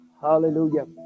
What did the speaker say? Hallelujah